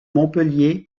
montpellier